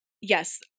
Yes